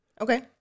Okay